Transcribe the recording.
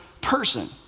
person